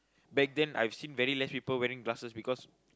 back then I've seen very less people wearing glasses because